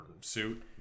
suit